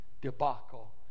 debacle